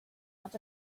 out